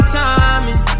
timing